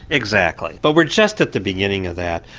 exactly. but we're just at the beginning of that.